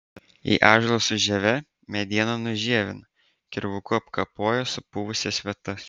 jei ąžuolas su žieve medieną nužievina kirvuku apkapoja supuvusias vietas